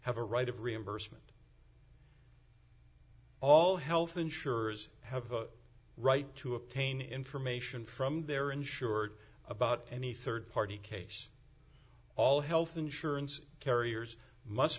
have a right of reimbursement all health insurers have a right to obtain information from their insured about any rd party case all health insurance carriers must